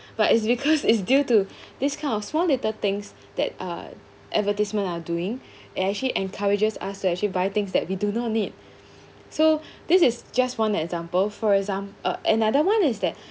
but it's because it's due to this kind of small little things that uh advertisement are doing it actually encourages us to actually buy things that we do not need so this is just one example for exam~ uh another one is that